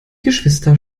geschwister